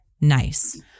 nice